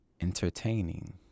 entertaining